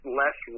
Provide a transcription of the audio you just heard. less